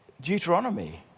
Deuteronomy